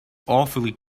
awfully